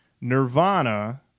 Nirvana